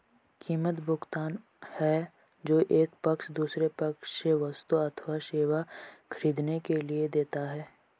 कीमत, भुगतान है जो एक पक्ष दूसरे पक्ष से वस्तु अथवा सेवा ख़रीदने के लिए देता है